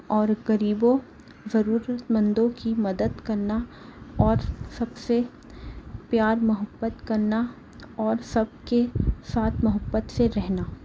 اور غریبوں ضرورت مندوں کی مدد کرنا اور سب سے پیار محبت کرنا اور سب کے ساتھ محبت سے رہنا